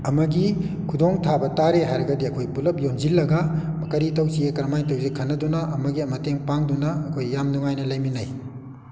ꯑꯃꯒꯤ ꯈꯨꯗꯣꯡꯊꯥꯕ ꯇꯥꯔꯦ ꯍꯥꯏꯔꯒꯗꯤ ꯑꯩꯈꯣꯏ ꯄꯨꯜꯂꯞ ꯌꯣꯝꯁꯤꯜꯂꯒ ꯀꯔꯤ ꯇꯧꯁꯤꯒꯦ ꯀꯔꯝꯃꯥꯏ ꯇꯧꯁꯤꯒꯦ ꯈꯟꯅꯗꯣꯏꯅ ꯑꯃꯒꯤ ꯃꯇꯦꯡ ꯄꯥꯡꯗꯨꯅ ꯑꯩꯈꯣꯏ ꯌꯥꯝ ꯅꯨꯡꯉꯥꯏꯅ ꯂꯩꯃꯤꯟꯅꯩ